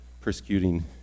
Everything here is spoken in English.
persecuting